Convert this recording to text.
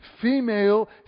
female